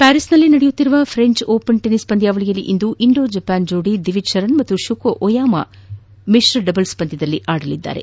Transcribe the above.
ಪ್ಯಾರಿಸ್ನಲ್ಲಿ ನಡೆಯುತ್ತಿರುವ French Open tennis ಪಂದ್ಯಾವಳಿಯಲ್ಲಿ ಇಂದು ಇಂಡೋ ಜಪಾನ್ ಜೋಡಿ ದಿವಿಜ್ ಶರನ್ ಮತ್ತು ಶುಕೊ ಒಯಾಮಾ ಮಿಶ್ರ ಡಬಲ್ಸ್ ಪಂದ್ಯದಲ್ಲಿ ಆಡಲಿದ್ದಾರೆ